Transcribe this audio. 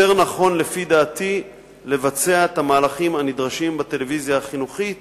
יותר נכון לפי דעתי לבצע את המהלכים הנדרשים בטלוויזיה החינוכית